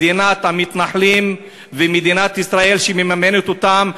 מדינת המתנחלים ומדינת ישראל שמממנת אותם,